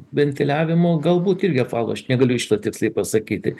ventiliavimo galbūt irgi apvalo aš negaliu šito tiksliai pasakyti